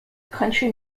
country